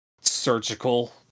surgical